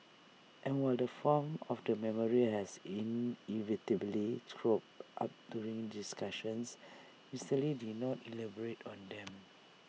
and while the farm of the memorial has inevitably cropped up during discussions Mister lee did not elaborate on them